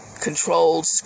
controlled